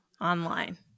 Online